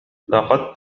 لقد